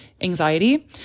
anxiety